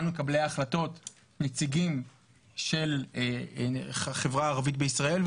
מקבלי ההחלטות נציגים של החברה הערבית בישראל,